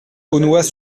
aulnois